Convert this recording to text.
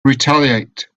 retaliate